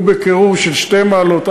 והוא בקירור של 2 מעלות,